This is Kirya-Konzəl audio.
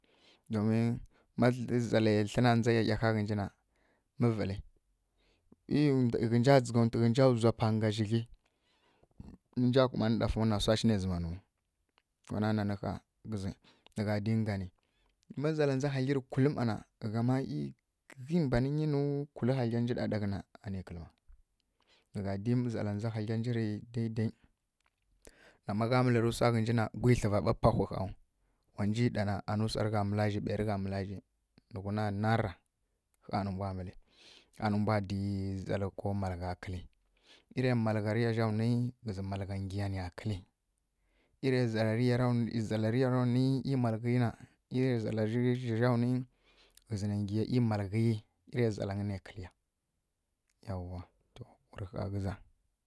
Domin ma zale tlǝna ndza ghǝji ˈyaˈyahǝ na mǝ vǝli e ghǝnja dzǝgha wtǝ ghǝnja wza pa zǝgli mi nja kumanǝ ɗafaw na wsashi ne kumanuw wana nan hǝzǝ nǝgha dinga ni ma zala nza hagli rǝ kulǝ ma ma mi ghi mbanǝ nyinu kulǝ hagla njina ɗaɗaghǝna ani kǝlǝ ma nǝgha di zalz nza haglanji rǝ dede na magha mǝleri wsa ghǝnjina gwi tlǝvagha ɓa pawhu wanji ɗana anǝ wsa rǝgha mǝla zǝ ɓe rǝgha mǝla zǝ nǝ ghuna nara kha nǝmbwa mǝli kha nǝmbwa di zalǝ ko mǝlagha kǝli iriya malghariya zha wni ghizi malgha ngiya niya kǝli iri zala riya ra wnu na i malghǝ yi irin zalarya ra wni iri zalangyǝ ne kǝli ya yauwa to wurǝ kha ghǝza.